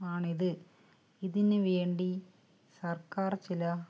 ആണിത് ഇതിനു വേണ്ടി സർക്കാർ ചില